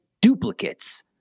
duplicates